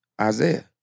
Isaiah